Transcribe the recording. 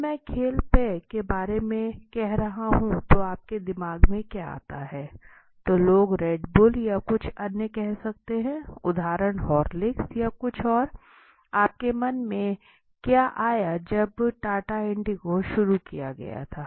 जब मैं खेल पेय के बारे में कह रहा हूं तो आपके दिमाग में क्या आता है तो लोग रेड बुल या कुछ अन्य कह सकते है उदाहरण हॉर्लिक्स या कुछ और आपके मन में क्या आया जब टाटा इंडिगो शुरू किया गया था